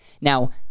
Now